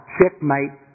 Checkmate